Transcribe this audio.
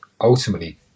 ultimately